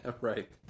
Right